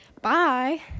Bye